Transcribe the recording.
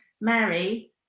Mary